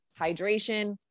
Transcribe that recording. hydration